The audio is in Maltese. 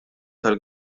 tal